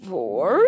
Four